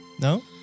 No